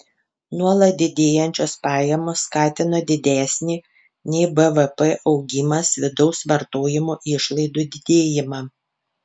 nuolat didėjančios pajamos skatino didesnį nei bvp augimas vidaus vartojimo išlaidų didėjimą